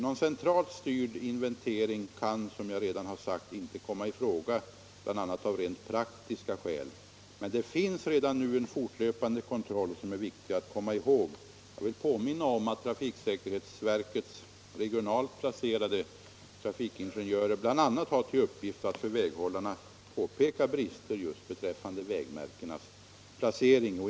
Någon centralt styrd inventering kan, som jag redan sagt, inte komma i fråga bl.a. av rent praktiska skäl. Men det är viktigt att komma ihåg att det redan finns en fortlöpande kontroll. Jag vill påminna om att trafiksäkerhetsverkets regionalt placerade trafikingenjörer bl.a. har till uppgift att för väghållarna påpeka brister just beträffande vägmärkens placering.